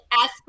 ask